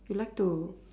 you like to